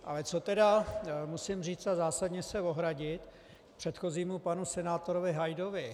Ale co musím říct a zásadně se ohradit k předchozímu panu senátorovi Hajdovi.